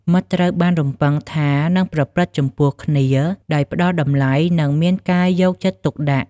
មិត្តត្រូវបានរំពឹងថានឹងប្រព្រឹត្តចំពោះគ្នាដោយផ្ដល់តម្លៃ និងមានការយកចិត្តទុកដាក់។